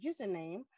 username